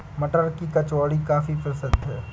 मटर की कचौड़ी काफी प्रसिद्ध है